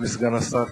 אדוני סגן השר,